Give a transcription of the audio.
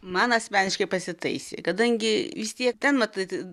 man asmeniškai pasitaisė kadangi vis tiek ten matyt